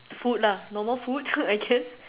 food lah no more food I guess